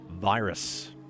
Virus